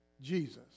Jesus